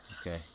Okay